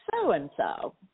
so-and-so